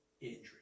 injury